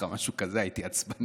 הייתי עצבני באותו ערב.